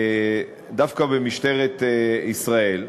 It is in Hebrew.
דווקא במשטרת ישראל.